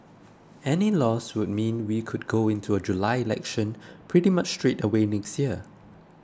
any loss would mean we could go into a July election pretty much straight away next year